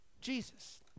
Jesus